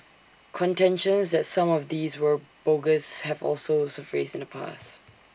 contentions that some of these were bogus have also surfaced in the past